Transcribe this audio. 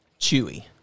chewy